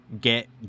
get